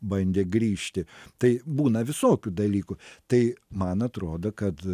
bandė grįžti tai būna visokių dalykų tai man atrodo kad